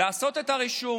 לעשות את הרישום,